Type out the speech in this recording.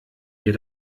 ihr